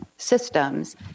systems